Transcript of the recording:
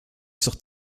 sur